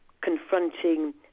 confronting